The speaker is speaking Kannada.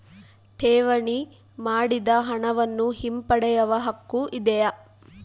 ಠೇವಣಿ ಮಾಡಿದ ಹಣವನ್ನು ಹಿಂಪಡೆಯವ ಹಕ್ಕು ಇದೆಯಾ?